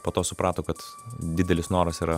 po to suprato kad didelis noras yra